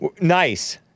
Nice